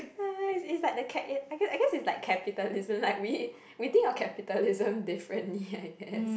it's like the cat~ I I guess it's like capitalism like we we think of capitalism differently I guess